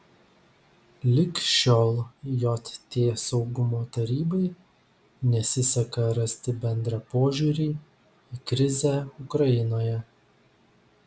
lig šiol jt saugumo tarybai nesiseka rasti bendrą požiūrį į krizę ukrainoje